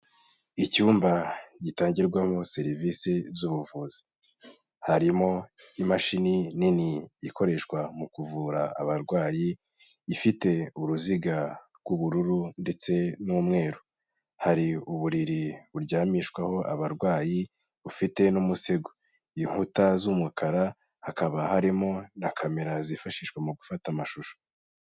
Icyumba gitangirwamo serivisi z'ubuvuzi, harimo imashini nini ikoreshwa mu kuvura abarwayi, ifite uruziga rw'ubururu ndetse n'umweru, hari uburiri buryamishwaho abarwayi bufite n'umusego, inkuta z'umukara, hakaba harimo na kamera zifashishwa mu gufata amashusho.